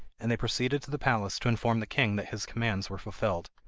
and they proceeded to the palace to inform the king that his commands were fulfilled.